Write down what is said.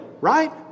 right